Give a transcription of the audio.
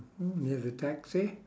mm there's a taxi